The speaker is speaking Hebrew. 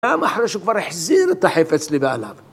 גם אחרי שהוא כבר החזיר את החפץ לבעליו